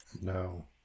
No